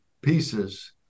pieces